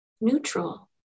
neutral